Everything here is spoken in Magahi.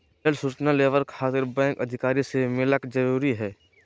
रेल सूचना लेबर खातिर बैंक अधिकारी से मिलक जरूरी है?